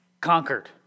Conquered